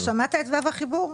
שמעת את ו"ו החיבור?